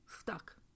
stuck